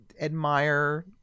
admire